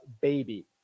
baby